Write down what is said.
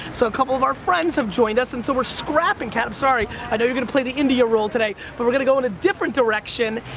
so, a couple of our friends have joined us, and so we're scrapping kat, i'm sorry, i know you're going to play the india roll today, but we're going to go in a different direction,